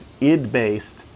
id-based